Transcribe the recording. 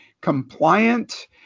compliant